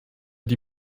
die